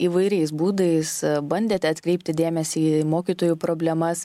įvairiais būdais bandėte atkreipti dėmesį į mokytojų problemas